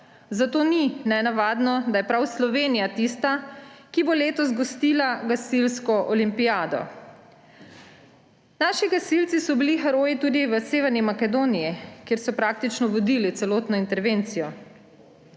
Zato ni nenavadno, da je prav Slovenija tista, ki bo letos gostila gasilsko olimpijado. Naši gasilci so bili heroji tudi v Severni Makedoniji, kjer so praktično vodili celotno intervencijo.